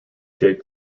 jake